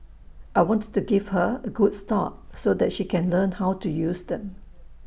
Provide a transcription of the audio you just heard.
I wanted to give her A good start so that she can learn how to use them